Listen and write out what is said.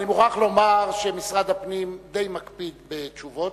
אני מוכרח לומר שמשרד הפנים די מקפיד בתשובות,